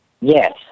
Yes